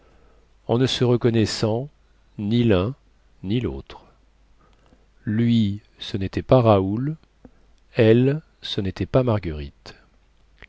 en ne se reconnaissant ni lun ni lautre lui ce nétait pas raoul elle ce nétait pas marguerite